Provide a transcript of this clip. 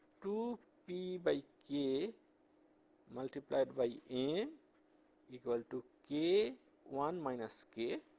two p by k multiplied by m equal to k one minus k